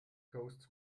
costs